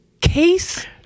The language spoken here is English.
Case